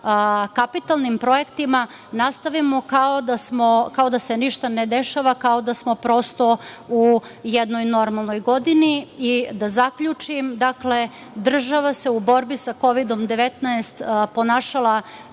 kapitalnim projektima nastavimo kao da se ništa ne dešava, kao da smo prosto u jednoj normalnoj godini. Da zaključim, dakle država se u borbi sa Kovidom 19 ponašala